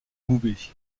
goubet